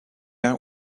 out